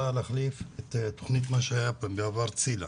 באה להחליף את מה שהיה בעבר תוכנית ציל"ה.